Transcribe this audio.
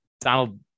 Donald